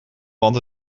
want